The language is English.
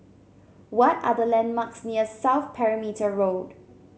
what are the landmarks near South Perimeter Road